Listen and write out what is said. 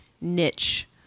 niche